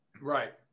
Right